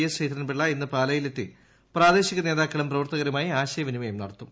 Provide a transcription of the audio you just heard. S Sreedharan Pillai ഇന്ന് പാലായിലെത്തി പ്രാദേശിക നേതാക്കളും പ്രവർത്തകരുമായി ആശയവിനിമയം നടത്തും